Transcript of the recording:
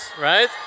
right